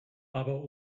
aber